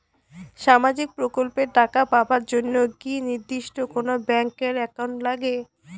সামাজিক প্রকল্পের টাকা পাবার জন্যে কি নির্দিষ্ট কোনো ব্যাংক এর একাউন্ট লাগে?